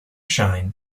shine